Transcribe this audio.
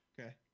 okay